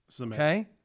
Okay